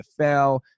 NFL